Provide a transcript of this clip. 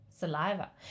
saliva